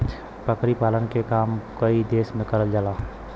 बकरी पालन के काम कई देस में करल जाला